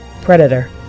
Predator